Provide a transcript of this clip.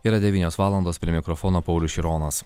yra devynios valandos prie mikrofono paulius šironas